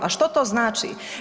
A što to znači?